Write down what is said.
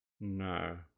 No